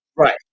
Right